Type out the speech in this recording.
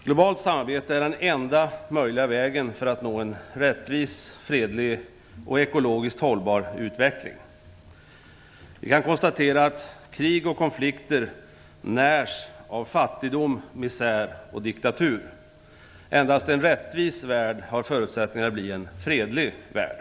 Globalt samarbete är den enda möjliga vägen för att nå en rättvis, fredlig och ekologiskt hållbar utveckling. Vi kan konstatera att krig och konflikter närs av fattigdom, misär och diktatur. Endast en rättvis värld har förutsättningar att bli en fredlig värld.